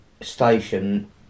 station